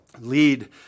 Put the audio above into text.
lead